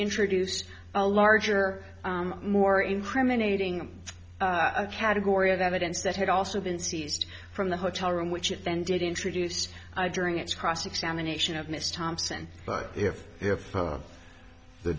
introduce a larger more incriminating category of evidence that had also been seized from the hotel room which offended introduced during its cross examination of mr thompson but if they're for the